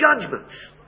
judgments